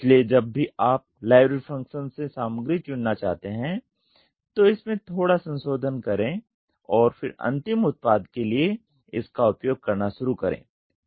इसलिए जब भी आप लाइब्रेरी फ़ंक्शन से सामग्री चुनना चाहते हैं तो इसमें थोड़ा संशोधन करे और फिर अंतिम उत्पाद के लिए इसका उपयोग करना शुरू करें